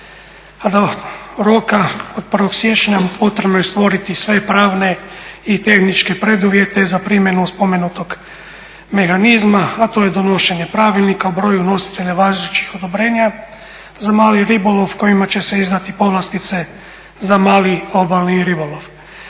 do roka od 1. siječnja potrebno je stvoriti sve pravne i tehničke preduvjete za primjenu spomenutog mehanizma a to je donošenje pravilnika o broju nositelja važećih odobrenja za mali ribolov kojima će se izdati povlastice za mali obalni ribolov.